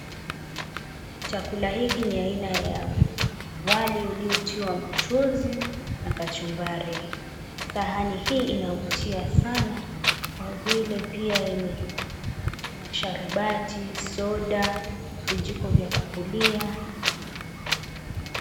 Chakula hiki ni ya aina ya wali uliotiwa mchuzi na kachumbari. Sahani hii inavutia sana kwa vile pia kuna sharubati, soda, vijiko vya kukulia.